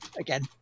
again